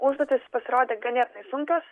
užduotys pasirodė ganėtinai sunkios